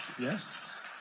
Yes